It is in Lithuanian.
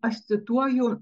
aš cituoju